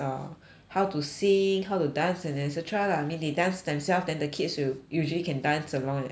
how to sing how to dance and et cetera lah I mean they dance themselves then the kids will usually can dance along et cetera but